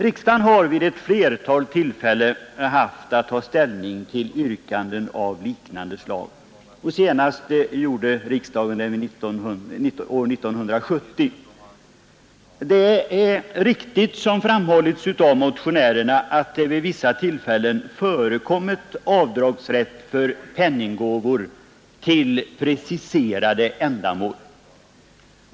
Riksdagen har vid flera tillfällen haft att ta ställning till yrkanden av liknande slag, senast vid 1970 års riksdag. Det är riktigt som motionärerna framhåller, att det vid vissa tillfällen har förekommit avdragsrätt för penningåvor till preciserade ändamål.